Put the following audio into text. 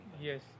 Yes